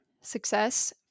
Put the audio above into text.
success